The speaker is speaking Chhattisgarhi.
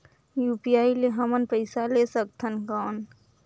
यू.पी.आई ले हमन पइसा ले सकथन कौन?